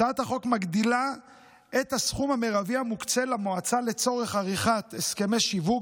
הצעת החוק מגדילה את הסכום המרבי שמוקצה למועצה לצורך עריכת הסכמי שיווק